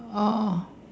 oh